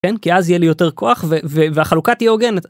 כן כי אז יהיה לי יותר כוח והחלוקה תהיה הוגנת.